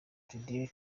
tidiane